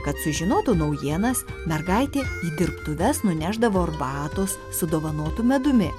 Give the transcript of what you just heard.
kad sužinotų naujienas mergaitė į dirbtuves nunešdavo arbatos su dovanotu medumi